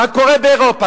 מה קורה באירופה?